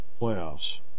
Playoffs